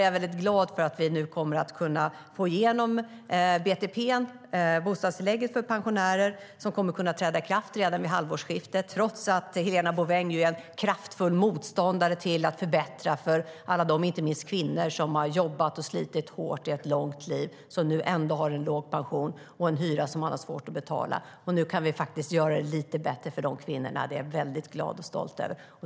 Jag är glad att vi nu kommer att få igenom BTP, bostadstillägget till pensionärer, som kommer att kunna träda i kraft redan vid halvårsskiftet, trots att Helena Bouveng ju är en kraftfull motståndare till att förbättra för inte minst alla kvinnor som har jobbat och slitit hårt under ett långt liv och ändå har en låg pension och en hyra som de har svårt att betala. Nu kan vi faktiskt göra det lite bättre för de kvinnorna. Det är jag väldigt glad och stolt över.